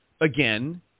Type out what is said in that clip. again